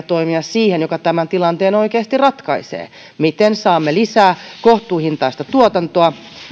toimia siihen joka tämän tilanteen oikeasti ratkaisee miten saamme lisää kohtuuhintaista tuotantoa